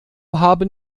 haben